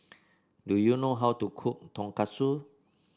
do you know how to cook Tonkatsu